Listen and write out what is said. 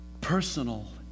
personal